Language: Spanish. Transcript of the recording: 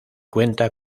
cuenta